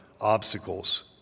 obstacles